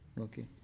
Okay